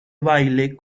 baile